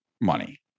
money